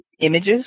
images